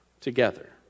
together